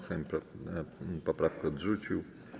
Sejm poprawkę odrzucił.